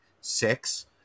six